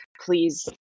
Please